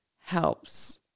helps